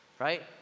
right